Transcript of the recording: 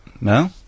no